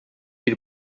bir